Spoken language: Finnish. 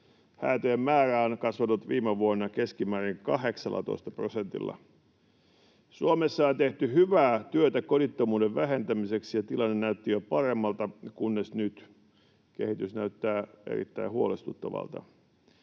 Häätöjen määrä on kasvanut viime vuonna keskimäärin 18 prosentilla. Suomessa on tehty hyvää työtä kodittomuuden vähentämiseksi, ja tilanne näytti jo paremmalta, kunnes nyt kehitys näyttää erittäin huolestuttavalta.